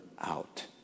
out